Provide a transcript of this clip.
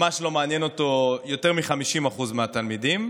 ממש לא מעניינים אותו יותר מ-50% מהתלמידים,